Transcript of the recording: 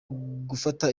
gufata